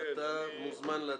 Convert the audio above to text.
אתה מוזמן להציג.